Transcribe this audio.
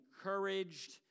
encouraged